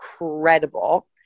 incredible